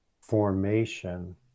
formation